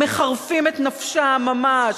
מחרפים את נפשם ממש,